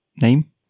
name